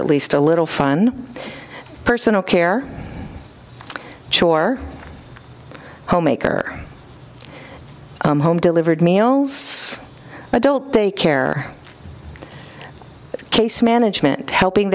at least a little fun personal care chore homemaker home delivered meals adult day care case management helping